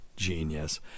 genius